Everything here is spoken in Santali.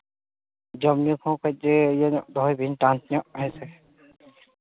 ᱡᱚᱢᱼᱧᱩ ᱦᱚᱸ ᱠᱟᱹᱡ ᱤᱭᱟᱹ ᱧᱚᱜ ᱫᱚᱦᱚᱭᱵᱤᱱ ᱴᱟᱱᱥ ᱧᱚᱜ ᱦᱮᱸ ᱥᱮ